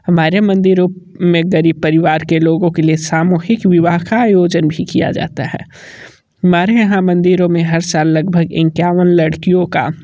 हमारे मंदिरों में गरीब परिवार के लोगों के लिए सामूहिक विवाह का आयोजन भी किया जाता है हमारे यहाँ मंदिरों में हर साल लगभग इक्यावन लड़कियों का